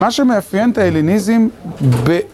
מה שמאפיין טייליניזם ב...